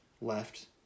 left